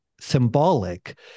symbolic